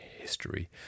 history